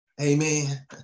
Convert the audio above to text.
Amen